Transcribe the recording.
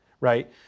right